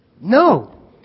No